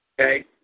okay